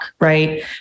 right